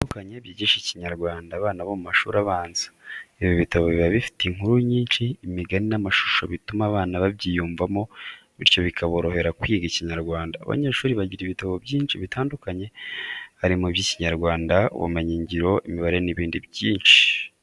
Ibitabo bitandukanye byigisha ikinyarwanda abana bo mu mashuri abanza, ibi bitabo biba bifite inkuru nyinshi, imigani n'amashusho bituma abana babyiyumvamo bityo bikaborohera kwiga ikinyarwanda. Abanyeshuri bagira ibitabo byinshi bitandukanye harimo iby'ikinyarwanda, ubumenyingiro, imibare n'ibindi byinshi.